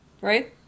right